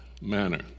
manner